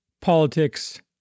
politics